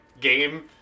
game